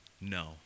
No